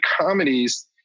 comedies